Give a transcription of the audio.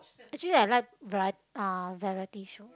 actually I like variety uh variety show